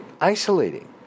isolating